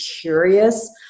curious